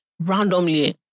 Randomly